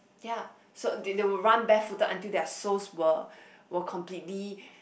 yea so they they would run barefooted until they are soles were completely